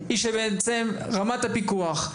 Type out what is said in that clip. רמת הפיקוח,